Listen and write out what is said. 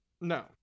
No